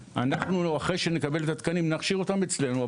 אחרי שנקבל את התקנים, אנחנו נכשיר אותם אצלנו.